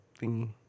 thingy